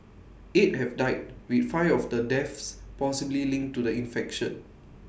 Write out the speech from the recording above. eight have died with five of the deaths possibly linked to the infection